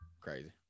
Crazy